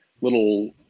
little